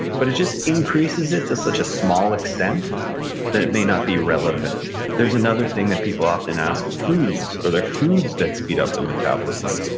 but it just increases it to such a small extent that it may not be relevant there's another thing that people often ask. foods. are there foods that speed up the metabolism?